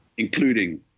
including